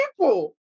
people